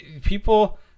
people